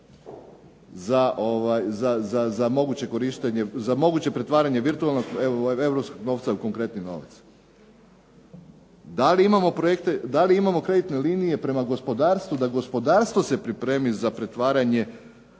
za moguće pretvaranje virtualnog europskog novca u konkretni novac. Da li imamo kreditne linije prema gospodarstvu, da gospodarstvo se pripremi za pretvaranje